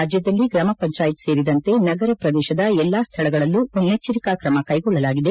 ರಾಜ್ಯದಲ್ಲಿ ಗ್ರಾಮ ಪಂಚಾಯತ್ ಸೇರಿದಂತೆ ನಗರ ಪ್ರದೇಶದ ಎಲ್ಲಾ ಸ್ಥಳಗಳಲ್ಲೂ ಮುನ್ನೆಚ್ಚರಿಕಾ ಕ್ರಮ ಕೈಗೊಳ್ಳಲಾಗಿದೆ